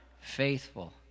faithful